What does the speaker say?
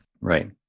Right